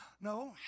No